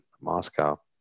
moscow